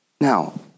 Now